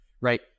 Right